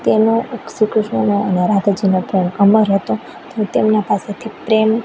તેનો શ્રી કૃષ્ણનો અને રાધાજીનો પ્રેમ અમર હતો તો તેમના પાસેથી પ્રેમ